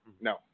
No